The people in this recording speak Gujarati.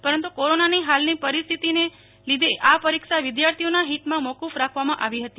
પરંતુ કોરોનાની હાલની પરિસ્થિતિના લીધે આ પરીક્ષા વિદ્યાર્થિઓના હીતમાં મોકૂફ રાખવામાં આવી હતી